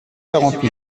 quarante